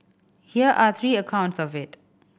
here are three accounts of it